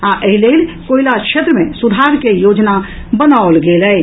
आ एहि लेल कोयला क्षेत्र मे सुधार के योजना बनाओल गेल अछि